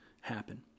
happen